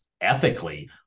ethically